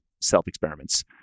self-experiments